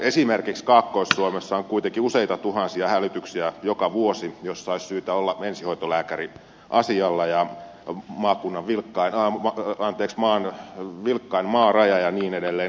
esimerkiksi kaakkois suomessa on kuitenkin useita tuhansia hälytyksiä joka vuosi joissa olisi syytä olla ensihoitolääkäri asialla ja siellä on maan vilkkain maaraja ja niin edelleen